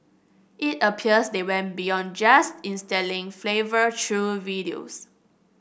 it appears they went beyond just instilling fervour through videos